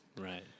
Right